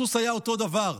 הסוס היה אותו דבר,